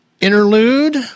interlude